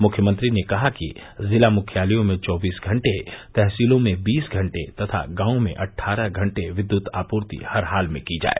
मुख्यमंत्री ने कहा कि जिला मुख्यालयों में चौबीस घंटे तहसीलों में बीस घंटे तथा गांवों में अट्ठारह घंटे विद्युत आपूर्ति हर हाल में की जाए